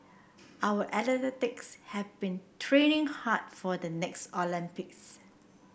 our have been training hard for the next Olympics